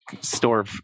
store